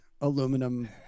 aluminum